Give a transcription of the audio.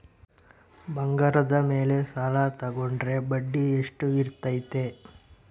ಬಂಗಾರದ ಮೇಲೆ ಸಾಲ ತೋಗೊಂಡ್ರೆ ಬಡ್ಡಿ ಎಷ್ಟು ಇರ್ತೈತೆ?